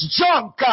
junk